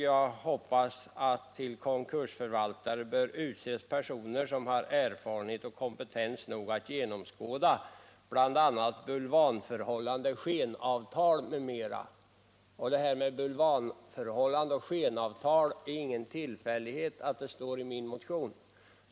Jag hoppas att till konkursförvaltare skall utses personer som har erfarenhet och kompetens nog att genomskåda bulvanförhållanden, skenavtal m.m. Det är ingen tillfällighet att det står ”bulvanförhållanden, skenavtal m.m.” i min motion.